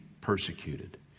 persecuted